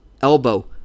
elbow